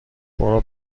برو